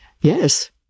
Yes